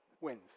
wins